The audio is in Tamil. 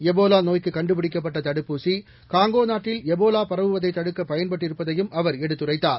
எபோலா நோய்க்கு கண்டுபிடிக்கப்பட்ட தடுப்பூசி காங்கோ நாட்டில் எபோலா பரவுவதை தடுக்க பயன்பட்டிருப்பதையும் அவர் எடுத்துரைத்தார்